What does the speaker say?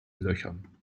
löchern